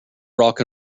rock